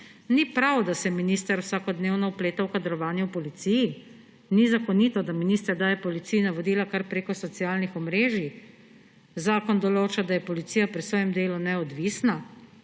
Ni prav, da se minister vsakodnevno vpleta v kadrovanje v Policiji? Ni zakonito, da minister daje Policiji navodila kar preko socialnih omrežij? Zakon določa, da je Policija pri svojem delu neodvisna?